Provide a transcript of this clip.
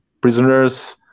prisoners